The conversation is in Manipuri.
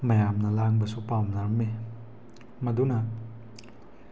ꯃꯌꯥꯝꯅ ꯂꯥꯡꯕꯁꯨ ꯄꯥꯝꯅꯔꯝꯃꯤ ꯃꯗꯨꯅ